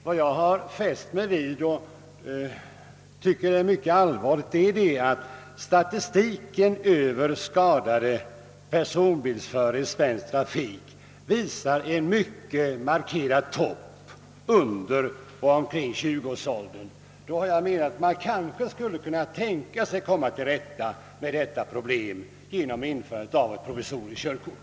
Vad jag har fäst mig vid och tycker är mycket allvarligt är det förhållandet, att statistiken över skadade personbilsförare i den svenska trafiken visar en mycket markerad topp under och omkring 20-årsåldern. Jag har menat att man kanske skulle kunna komma till rätta med detta problem genom införandet av ett provisoriskt körkort.